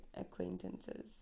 acquaintances